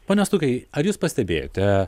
pone stukai ar jūs pastebėjote